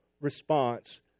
response